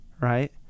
right